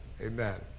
Amen